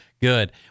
Good